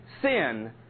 Sin